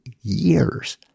years